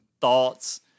thoughts